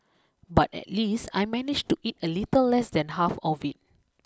but at least I managed to eat a little less than half of it